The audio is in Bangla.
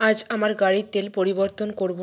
আজ আমার গাড়ির তেল পরিবর্তন করবো